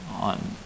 on